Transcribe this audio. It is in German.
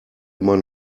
immer